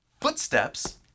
Footsteps